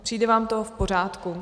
Přijde vám to v pořádku?